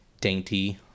dainty